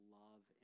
love